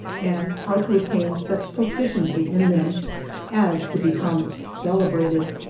and how to attain such proficiency in them as to become celebrated,